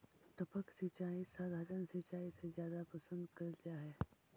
टपक सिंचाई सधारण सिंचाई से जादा पसंद करल जा हे